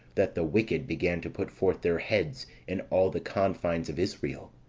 that the wicked began to put forth their heads in all the confines of israel,